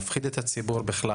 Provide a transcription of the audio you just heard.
מפחיד את הציבור בכלל,